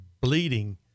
bleeding